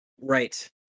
Right